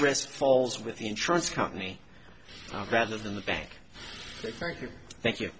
rest falls with the insurance company rather than the back thank you